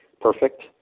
perfect